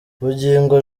bugingo